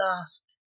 asked